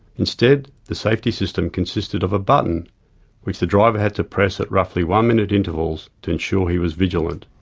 instead, the safety system consisted of a button which the driver had to press at roughly one minute intervals to ensure he was vigilant.